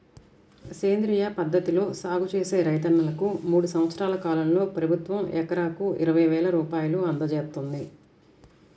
సేంద్రియ పద్ధతిలో సాగు చేసే రైతన్నలకు మూడు సంవత్సరాల కాలంలో ప్రభుత్వం ఎకరాకు ఇరవై వేల రూపాయలు అందజేత్తంది